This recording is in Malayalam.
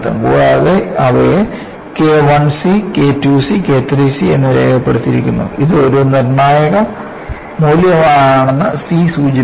കൂടാതെ അവയെ K I c K II c K III c എന്ന് രേഖപ്പെടുത്തിയിരിക്കുന്നു ഇത് ഒരു നിർണായക മൂല്യമാണെന്ന് c സൂചിപ്പിക്കുന്നു